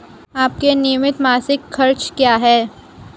आपके नियमित मासिक खर्च क्या हैं?